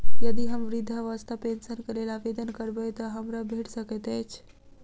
यदि हम वृद्धावस्था पेंशनक लेल आवेदन करबै तऽ हमरा भेट सकैत अछि?